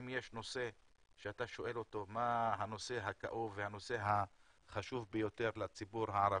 אם יש נושא שאתה שואל מה הנושא הכאוב והנושא החשוב ביותר לציבור הערבי,